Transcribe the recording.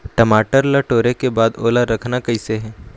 टमाटर ला टोरे के बाद ओला रखना कइसे हे?